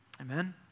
Amen